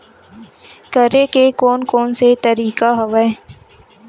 करे के कोन कोन से तरीका हवय?